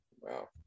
Wow